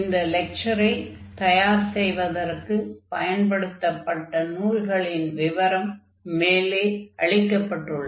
இந்த லெக்சரை தயார் செய்வதற்காகப் பயன்படுத்தப்பட்ட நூல்களின் விவரம் மேலே அளிக்கப்பட்டுள்ளது